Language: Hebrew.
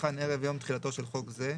כנוסחן ערב יום תחילתו של חוק זה,